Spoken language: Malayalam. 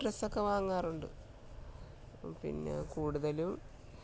ഡ്രസ്സൊക്കെ വാങ്ങാറുണ്ട് പിന്നെ കൂടുതലും